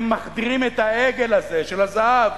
הם מחדירים את העגל הזה של הזהב